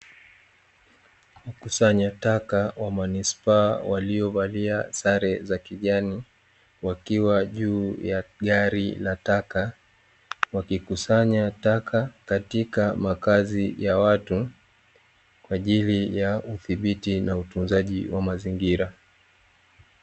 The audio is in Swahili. Wakusanya taka wa manispaa waliovalia sare za kijani wakiwa juu ya gari la taka wakikusanya taka katika makazi ya watu, kwa ajili ya udhibiti na utunzaji wa mazingira.